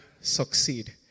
succeed